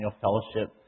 Fellowship